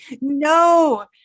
no